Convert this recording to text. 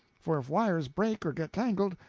for if wires break or get tangled,